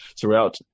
throughout